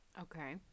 Okay